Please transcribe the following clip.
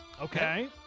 Okay